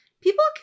People